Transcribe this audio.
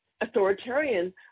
authoritarian